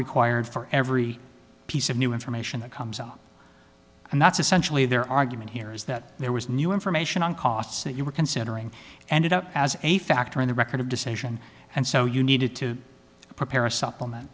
required for every piece of new information that comes up and that's essentially their argument here is that there was new information on costs that you were considering ended up as a factor in the record of decision and so you needed to prepare a supplement